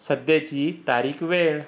सध्याची तारीख वेळ